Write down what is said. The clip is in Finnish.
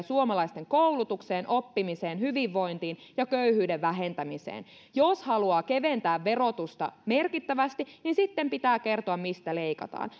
suomalaisten koulutukseen oppimiseen hyvinvointiin ja köyhyyden vähentämiseen jos haluaa keventää verotusta merkittävästi niin sitten pitää kertoa mistä leikataan